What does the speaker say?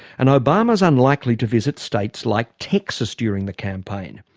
and obama's unlikely to visit states like texas during the campaign.